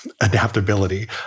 adaptability